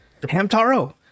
Hamtaro